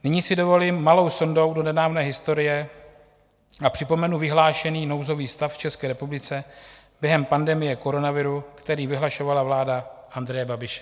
Nyní si dovolím malou sondu do nedávné historie a připomenu vyhlášený nouzový stav v České republice během pandemie koronaviru, který vyhlašovala vláda Andreje Babiše.